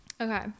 Okay